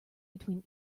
between